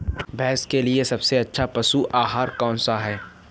भैंस के लिए सबसे अच्छा पशु आहार कौन सा है?